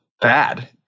bad